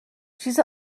چیز